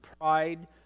pride